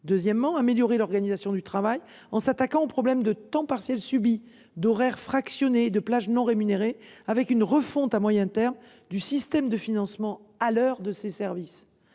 deuxièmement, améliorer l’organisation du travail en s’attaquant aux problèmes du temps partiel subi, des horaires fractionnés et des plages non rémunérées une refonte, à moyen terme, du système de financement à l’heure de ces services